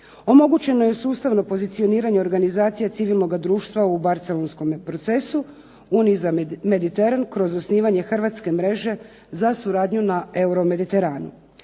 Omogućeno je sustavno pozicioniranje Organizacije civilnoga društva u "Barcelonskom procesu: Unija za Mediteran" kroz osnivanje hrvatske mreže za suradnju na Euro-Mediteranu.